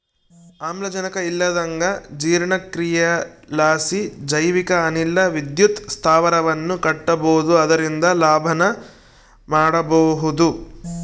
ಆಮ್ಲಜನಕ ಇಲ್ಲಂದಗ ಜೀರ್ಣಕ್ರಿಯಿಲಾಸಿ ಜೈವಿಕ ಅನಿಲ ವಿದ್ಯುತ್ ಸ್ಥಾವರವನ್ನ ಕಟ್ಟಬೊದು ಅದರಿಂದ ಲಾಭನ ಮಾಡಬೊಹುದು